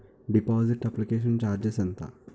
Deposit application charges ఎంత?